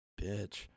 bitch